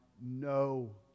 no